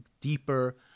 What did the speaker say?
deeper